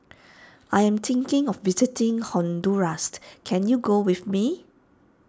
I am thinking of visiting Honduras can you go with me